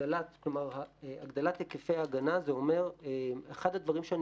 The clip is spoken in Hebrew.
הגדלת היקפי ההגנה זה אומר אחד הדברים שאני